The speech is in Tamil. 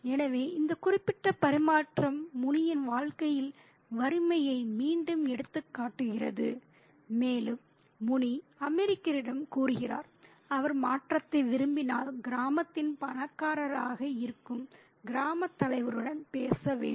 எனவே இந்த குறிப்பிட்ட பரிமாற்றம் முனியின் வாழ்க்கையில் வறுமையை மீண்டும் எடுத்துக்காட்டுகிறது மேலும் முனி அமெரிக்கரிடம் கூறுகிறார் அவர் மாற்றத்தை விரும்பினால் கிராமத்தின் பணக்காரராக இருக்கும் கிராமத் தலைவருடன் பேச வேண்டும்